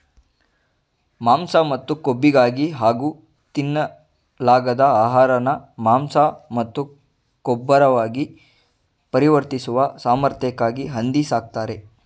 ಮಾಂಸ ಮತ್ತು ಕೊಬ್ಬಿಗಾಗಿ ಹಾಗೂ ತಿನ್ನಲಾಗದ ಆಹಾರನ ಮಾಂಸ ಮತ್ತು ಗೊಬ್ಬರವಾಗಿ ಪರಿವರ್ತಿಸುವ ಸಾಮರ್ಥ್ಯಕ್ಕಾಗಿ ಹಂದಿ ಸಾಕ್ತರೆ